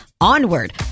onward